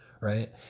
right